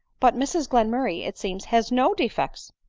but mrs glenmurray, it seems, has no defects!